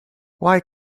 why